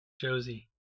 Josie